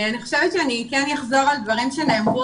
אני חושבת שאני כן אחזור על דברים שנאמרו